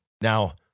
Now